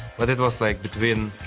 but it was, like, between